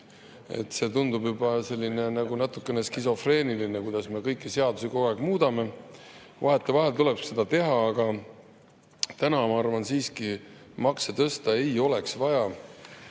see tundub juba natukene skisofreeniline, kuidas me kõiki seadusi kogu aeg muudame. Vahetevahel tuleb seda teha, aga täna, ma arvan, siiski makse tõsta ei oleks vaja.